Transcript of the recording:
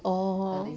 orh